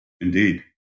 Indeed